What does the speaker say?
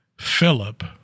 Philip